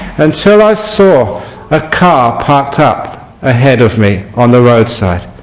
until i saw a car parked up ahead of me on the road side.